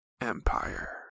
Empire